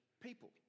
people